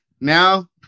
now